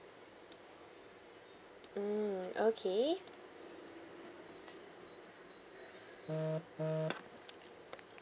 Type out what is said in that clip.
mm okay